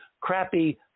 crappy